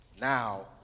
Now